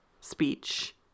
speech